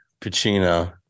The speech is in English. pacino